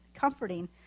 comforting